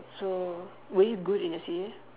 so were you good in your C_C_A